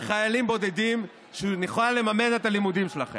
לחיילים בודדים, שיוכל לממן את הלימודים שלכם.